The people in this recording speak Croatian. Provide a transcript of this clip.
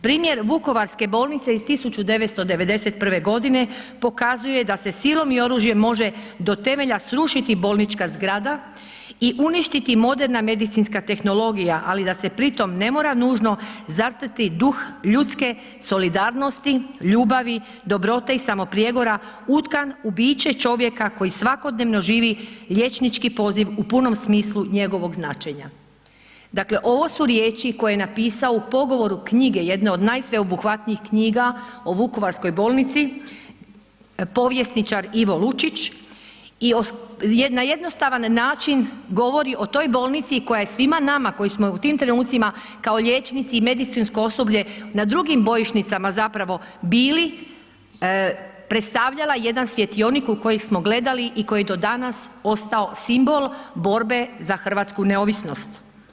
Primjer Vukovarske bolnice iz 1991. godine pokazuje da se silom i oružjem može do temelja srušiti bolnička zgrada i uništiti moderna medicinska tehnologija, ali da se pri tom ne mora nužno zatrti duh ljudske solidarnosti, ljubavi, dobrote i samoprijegora utkan u biće čovjeka koji svakodnevno živi liječnički poziv u punom smislu njegovog značenja.“ Dakle, ovo su riječi koje je napisao u pogovoru knjige jedne od najsveobuhvatnijih knjiga o Vukovarskoj bolnici povjesničar Ivo Lučić i na jednostavan način govori o toj bolnici koja je svima nama koji smo u tim trenucima kao liječnici i medicinsko osoblje na drugim bojišnicama zapravo bili predstavljala jedan svjetionik u koji smo gledali i koji je do danas ostao simbol borbe za hrvatsku neovisnost.